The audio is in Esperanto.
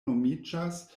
nomiĝas